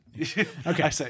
Okay